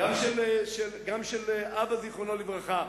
גם של אבא זיכרונו לברכה,